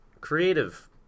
creative